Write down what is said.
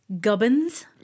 Gubbins